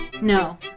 No